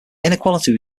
inequality